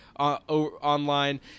Online